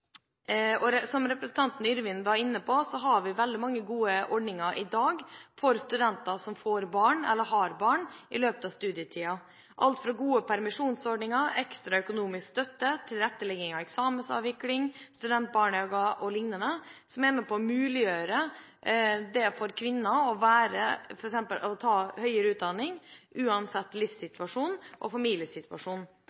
rett etterpå. Som representanten Yrvin var inne på, har vi veldig mange gode ordninger i dag for studenter som har barn eller får barn i løpet av studietiden – alt fra gode permisjonsordninger, ekstra økonomisk støtte, tilrettelegging av eksamensavvikling, studentbarnehager o.l. – som er med på å gjøre det mulig for kvinner å ta høyere utdanning uansett